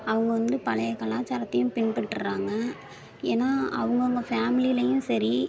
அவங்க வந்து பழைய கலாச்சாரத்தையும் பின்பற்றுகிறாங்க ஏன்னால் அவங்கவுங்க ஃபேமிலிலையும் சரி